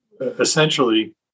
essentially